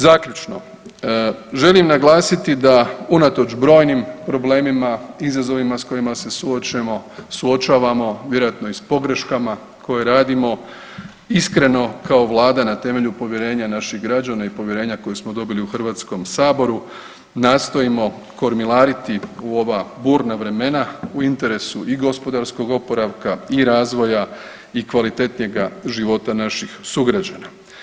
Zaključno, želim naglasiti da unatoč brojnim problemima i izazovima s kojima se suočavamo, vjerojatno i s pogreškama koje radimo iskreno kao vlada na temelju povjerenja naših građana i povjerenja koje smo dobili u HS nastojimo kormilariti u ova burna vremena u interesu i gospodarskog oporavka i razvoja i kvalitetnijega života naših sugrađana.